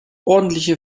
ordentliche